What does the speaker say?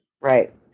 Right